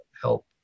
help